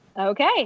okay